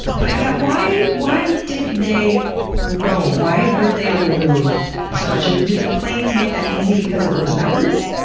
but yeah, why why did they roam? why were they on the move so much? and did the plains make that easy because it wasn't mountainous?